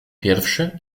pierwszy